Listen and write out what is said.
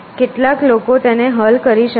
કેટલાક લોકો તેને હલ કરી શકે છે